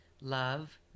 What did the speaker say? love